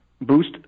boost